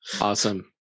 Awesome